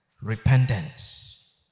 Repentance